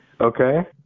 Okay